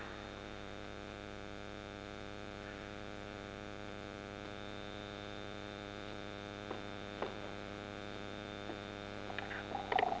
and